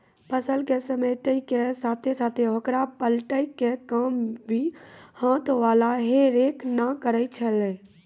फसल क समेटै के साथॅ साथॅ होकरा पलटै के काम भी हाथ वाला हे रेक न करै छेलै